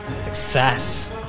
Success